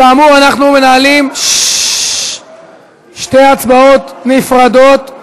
כאמור, אנחנו מנהלים שתי הצבעות נפרדות.